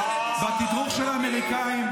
בתדרוך של האמריקאים,